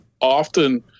often